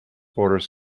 borders